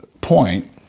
point